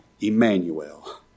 Emmanuel